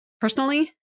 Personally